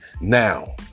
Now